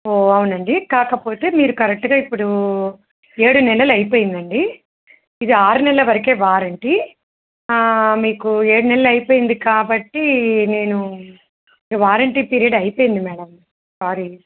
ఓ అవునండి కాకపోతే మీరు కరెక్ట్గా ఇప్పుడు ఏడు నెలల అయిపోయిందండి ఇది ఆరు నెలల వరకే వారంటీ మీకు ఏడు నెలల అయిపోయింది కాబట్టి నేను వారంటీ పీరియడ్ అయిపోయింది మేడం సారీ